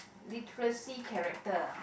literacy character